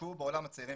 שהושקעו בעולם הצעירים